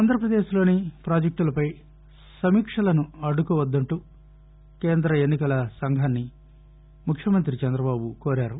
ఆంధ్రప్రదేశ్లోని పాజెక్టులపై సమీక్షలు అడ్డుకోవద్దంటూ కేంద ఎన్నికల సంఘాన్ని ముఖ్యమంతి చంద్రబాబు కోరారు